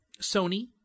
Sony